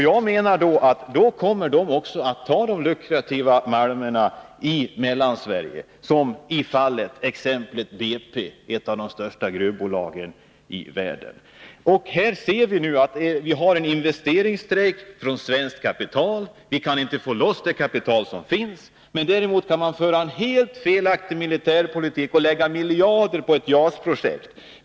Jag anser att då kommer också dessa företag att ta de lukrativa malmerna i Mellansverige, såsom fallet är med exemplet BP - ett av de största gruvbolagen i världen. Här ser vi nu att vi har en investeringsstrejk från svenskt kapital. Vi kan inte få loss det kapital som finns. Däremot kan man föra en helt felaktig militärpolitik och lägga miljarder på ett JAS-projekt.